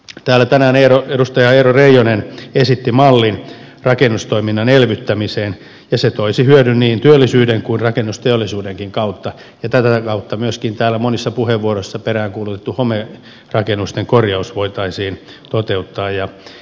täällä tänään edustaja eero reijonen esitti mallin rakennustoiminnan elvyttämiseen ja se toisi hyödyn niin työllisyyden kuin rakennusteollisuudenkin kautta ja tätä kautta myöskin täällä monissa puheenvuoroissa peräänkuulutettu homerakennusten korjaus voitaisiin toteuttaa ja elvyttää